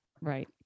Right